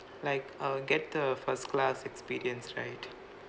like uh get the first class experience right